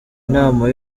nama